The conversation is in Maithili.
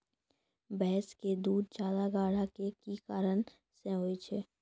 भैंस के दूध ज्यादा गाढ़ा के कि कारण से होय छै?